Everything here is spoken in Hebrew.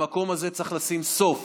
למקום הזה צריך לשים סוף.